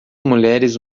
mulheres